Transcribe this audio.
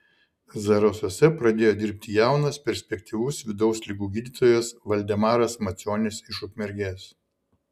zarasuose pradėjo dirbti jaunas perspektyvus vidaus ligų gydytojas valdemaras macionis iš ukmergės